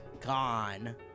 gone